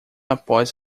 após